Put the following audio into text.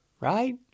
right